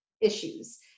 issues